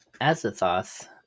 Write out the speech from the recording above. azathoth